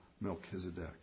Melchizedek